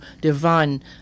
divine